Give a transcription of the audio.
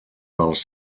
dels